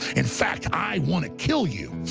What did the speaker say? in fact, i wanna kill you!